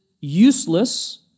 useless